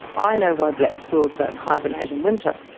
i know why black squirrels don't hibernate in winter.